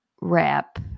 wrap